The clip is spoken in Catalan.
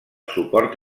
suport